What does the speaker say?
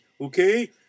Okay